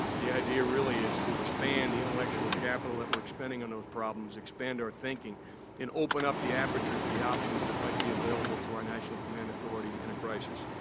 the idea really is to expand the intellectual capital that we're expending on those problems, expand our thinking and open up the aperture to the options that might be available to our national command authority in a crisis.